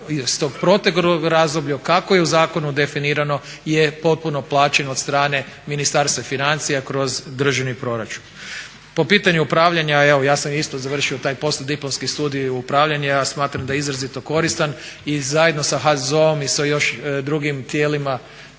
iz tog proteklog razdoblja kako je u zakonu definirano je potpuno plaćen od strane Ministarstva financija kroz državni proračun. Po pitanju upravljanja, evo ja sam isto završio taj postdiplomski studij upravljanja, ja smatram da je izrazito koristan i zajedno da HZZO-om i sa još drugim tijelima